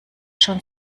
schon